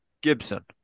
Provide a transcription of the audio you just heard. Gibson